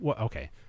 Okay